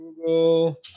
Google